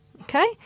okay